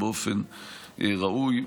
באופן ראוי,